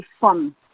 fun